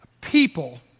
people